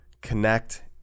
connect